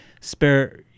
spare